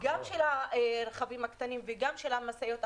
גם של הרכבים הקטנים וגם של המשאיות?